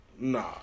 Nah